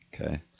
Okay